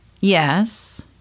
yes